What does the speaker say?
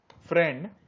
friend